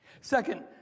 Second